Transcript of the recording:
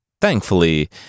thankfully